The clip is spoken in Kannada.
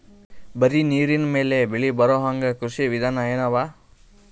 ಬರೀ ನೀರಿನ ಮೇಲೆ ಬೆಳಿ ಬರೊಹಂಗ ಕೃಷಿ ವಿಧಾನ ಎನವ?